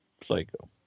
Psycho